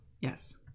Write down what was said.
yes